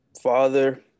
father